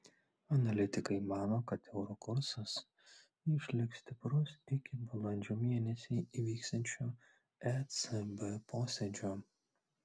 analitikai mano kad euro kursas išliks stiprus iki balandžio mėnesį įvyksiančio ecb posėdžio